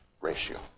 ratio